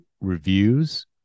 reviews